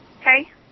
Hey